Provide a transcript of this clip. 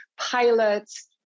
pilots